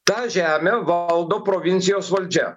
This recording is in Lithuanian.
tą žemę valdo provincijos valdžia